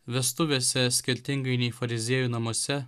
vestuvėse skirtingai nei fariziejų namuose